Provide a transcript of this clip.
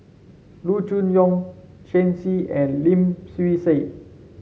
Loo Choon Yong Shen Xi and Lim Swee Say